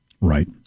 Right